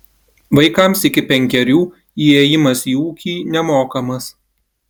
vaikams iki penkerių įėjimas į ūkį nemokamas